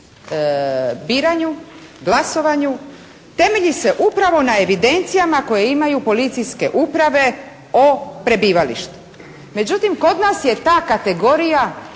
biranju, glasovanju temelji se upravo na evidencijama koje imaju Policijske uprave o prebivalištu. Međutim, kod nas je ta kategorija